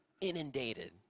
inundated